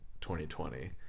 2020